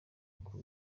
uko